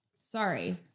Sorry